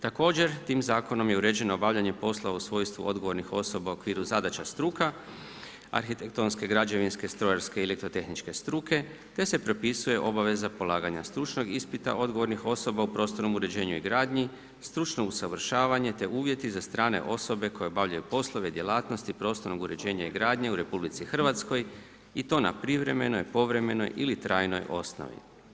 Također tim zakonom je uređeno obavljanje poslova u svojstvu odgovornih osoba u okviru zadaća struka, arhitektonske, građevinske, strojarske i elektrotehničke struke te se propisuje obaveza polaganja stručnog ispita odgovornih osoba u prostornom uređenju i gradnji, stručno usavršavanje te uvjeti za strane osobe koje obavljaju poslove, djelatnosti prostornog uređenja i gradnje u RH i to na privremenoj, povremenoj ili trajnoj osnovi.